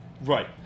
right